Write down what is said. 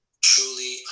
truly